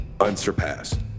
unsurpassed